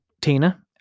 Tina